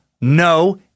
No